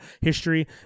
history